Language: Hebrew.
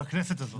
בכנסת הזאת.